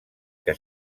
que